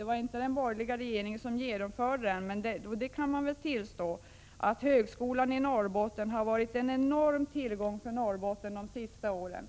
Det var inte den borgerliga regeringen som genomförde den, men man kan väl tillstå att högskolan i Norrbotten har varit en enorm tillgång för Norrbotten de senaste åren.